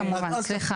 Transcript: כמובן, סליחה.